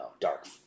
dark